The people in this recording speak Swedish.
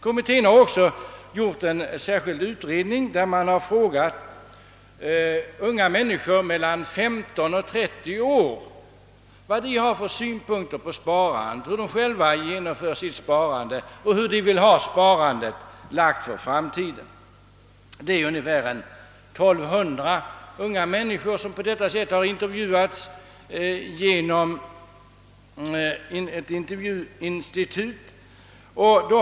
Kommittén har också gjort en särskild utredning och frågat unga människor mellan 15 och 30 år vad de har för synpunkter på sparandet, hur de själva genomför sitt sparande och hur de vill ha sparandet ordnat för framtiden. Ungefär 1200 unga människor har på detta sätt intervjuats genom ett intervjuinstitut.